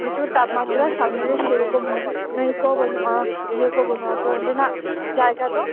ᱯᱨᱚᱪᱩᱨ ᱛᱟᱯᱢᱟᱛᱨᱟ ᱥᱟᱢᱱᱮ ᱥᱮᱭᱨᱚᱠᱚᱢ ᱱᱟ ᱭ ᱠᱚ ᱵᱟ ᱱᱩᱜᱼᱟ ᱤᱭᱟ ᱠᱚ ᱵᱟ ᱱᱤᱜᱼᱟ ᱛᱚ ᱚᱸᱰᱮᱱᱟᱜ ᱡᱟᱭᱜᱟ ᱫᱚ